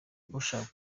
ushaka